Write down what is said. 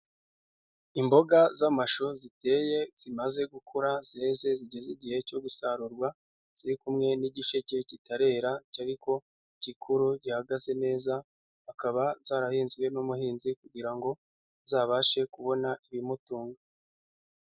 Imboga z'amashu ziteye zimaze gukura zeze zigeze igihe cyo gusarurwa ziri kumwe n'igisheke kitarera ariko gikuru gihagaze neza. Zikaba zarahinzwe n'umuhinzi kugira ngo azabashe kubona ibimutunga.